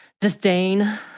disdain